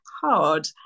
hard